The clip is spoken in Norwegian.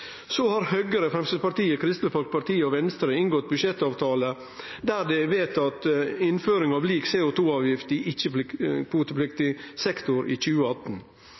Så har Høgre, Framstegspartiet, Kristeleg Folkeparti og Venstre inngått budsjettavtale der det er vedtatt innføring av lik CO 2 -avgift i ikkje-kvotepliktig sektor i 2018.